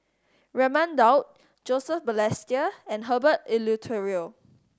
Raman Daud Joseph Balestier and Herbert Eleuterio